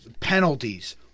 penalties